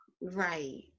Right